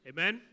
Amen